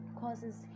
causes